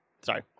Sorry